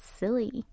silly